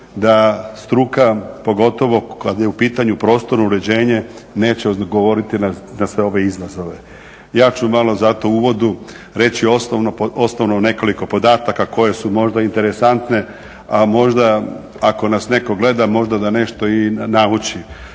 da struka, pogotovo kad je u pitanju prostorno uređenje neće odgovoriti na sve ove izazove. Ja ću malo zato u uvodu reći osnovno nekoliko podataka koje su možda interesantne a možda ako nas netko gleda možda da nešto i nauči.